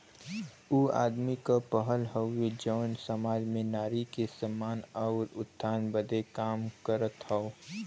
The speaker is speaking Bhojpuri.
ऊ आदमी क पहल हउवे जौन सामाज में नारी के सम्मान आउर उत्थान बदे काम करत हौ